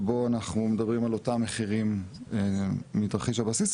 שבו אנחנו מדברים על אותם מחירים מתרחיש הבסיס,